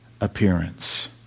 appearance